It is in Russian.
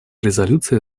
резолюции